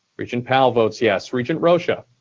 regent powell votes yes. regent rosha?